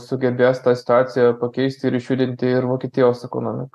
sugebės tą situaciją pakeist ir išjudinti ir vokietijos ekonomiką